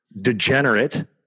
degenerate